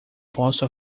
posso